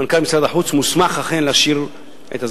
מנכ"ל משרד החוץ מוסמך אכן להשאיר עוד.